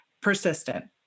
persistent